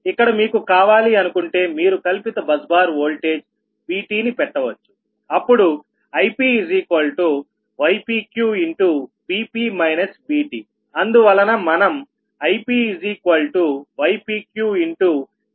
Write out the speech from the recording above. ఇక్కడ మీకు కావాలి అనుకుంటే మీరు కల్పిత బస్ బార్ వోల్టేజ్Vt ని పెట్టవచ్చు అప్పుడు IpypqVp Vtఅందువలన మనం IpypqVp Vtగా రాయవచ్చు